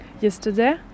yesterday